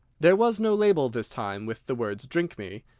there was no label this time with the words drink me,